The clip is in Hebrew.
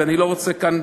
ואני לא רוצה כאן,